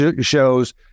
shows